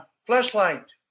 flashlight